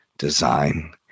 design